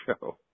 show